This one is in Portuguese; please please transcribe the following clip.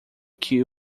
que